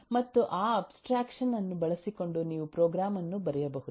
ಮತ್ತು ಆ ಅಬ್ಸ್ಟ್ರಾಕ್ಷನ್ ಅನ್ನು ಬಳಸಿಕೊಂಡು ನೀವು ಪ್ರೋಗ್ರಾಂ ಅನ್ನು ಬರೆಯಬಹುದು